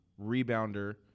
rebounder